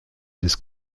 des